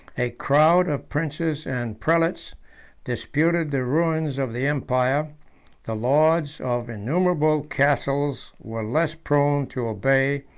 a crowd of princes and prelates disputed the ruins of the empire the lords of innumerable castles were less prone to obey,